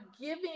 giving